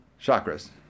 Chakras